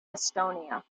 estonia